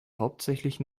hauptsächlich